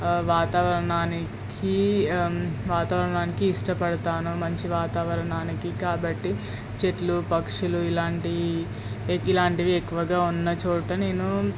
వాతావరణానికీ వాతావరణానికి ఇష్టపడతాను మంచి వాతావరణానికి కాబట్టి చెట్లు పక్షులు ఇలాంటి ఇలాంటివి ఎక్కువగా ఉన్న చోటు నేను